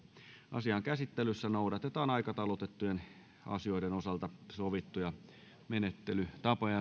asian käsittelyssä noudatetaan aikataulutettujen asioiden osalta sovittuja menettelytapoja